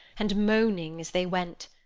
and moaning as they went.